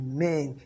Amen